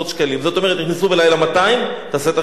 זאת אומרת, נכנסו בלילה 200, תעשה את החשבון.